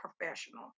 professional